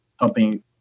helping